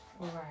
Right